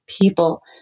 people